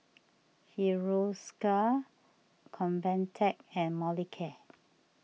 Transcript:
Hiruscar Convatec and Molicare